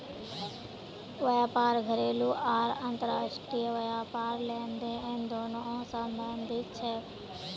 व्यापार घरेलू आर अंतर्राष्ट्रीय व्यापार लेनदेन दोनों स संबंधित छेक